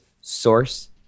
source